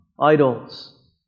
idols